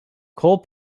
coal